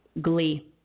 Glee